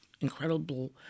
incredible